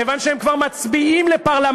כיוון שהם כבר מצביעים לפרלמנט,